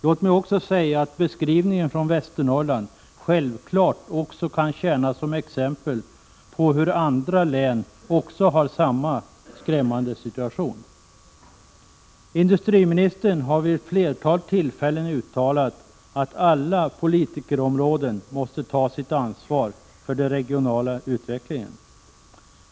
Låt mig också säga att beskrivningen från Västernorrland självfallet kan tjäna som exempel på hur andra län har samma skrämmande situation. Industriministern har vid flera tillfällen uttalat att politiker på alla områden måste ta sitt ansvar för den regionala utvecklingen.